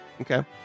Okay